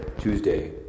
Tuesday